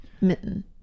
mitten